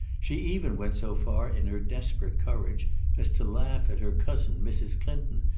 she even went so far in her desperate courage as to laugh at her cousin, mrs. clinton,